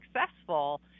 successful